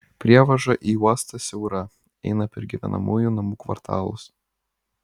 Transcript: prievaža į uostą siaura eina per gyvenamųjų namų kvartalus